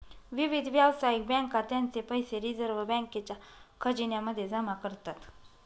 विविध व्यावसायिक बँका त्यांचे पैसे रिझर्व बँकेच्या खजिन्या मध्ये जमा करतात